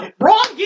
Wrong